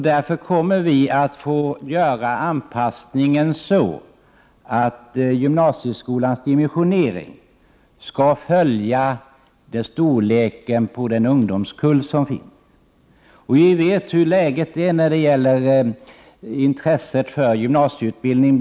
Därför måste vi göra anpassningen så, att gymnasieskolans dimensionering ansluter sig till storleken på den aktuella ungdomskullen. Vi känner till intresset bland ungdomen för gymnasieutbildning.